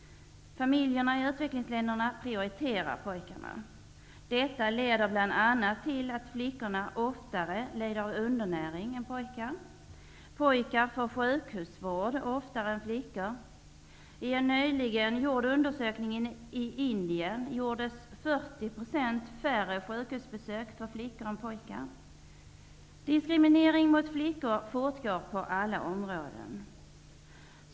Familjerna i utvecklingsländerna prioriterar pojkarna. Detta leder bl.a. till att flickor lider av undernäring oftare än pojkar. Pojkar får sjukhusvård oftare än flickor. En nyligen gjord undersökning i Indien visar att det gjordes 40 % färre sjukhusbesök av flickor än av pojkar. Diskriminering mot flickor fortgår på alla områden.